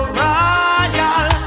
royal